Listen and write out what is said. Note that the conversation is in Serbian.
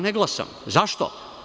Ne glasam, zašto?